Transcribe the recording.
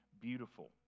beautiful